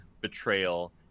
betrayal